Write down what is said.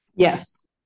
Yes